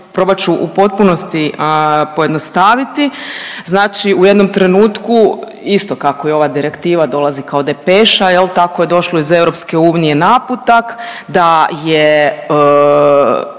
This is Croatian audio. probat ću u potpunosti pojednostaviti. Znači u jednom trenutku isto kako i ova direktiva dolazi kao depeša jel, tako je došlo iz EU naputak da je